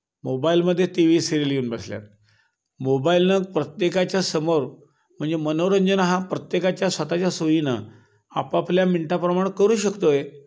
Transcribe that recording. मोबाईलमध्ये T V serial येऊन बसल्या आहेत मोबाईलनं प्रत्येकाच्या समोर म्हणजे मनोरंजन हा प्रत्येकाच्या स्वतःच्या सोयीनं आपापल्या मिनटाप्रमाणं करू शकतो आहे